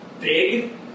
Big